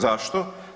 Zašto?